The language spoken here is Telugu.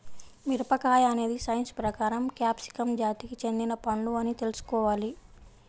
మిరపకాయ అనేది సైన్స్ ప్రకారం క్యాప్సికమ్ జాతికి చెందిన పండు అని తెల్సుకోవాలి